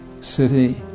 city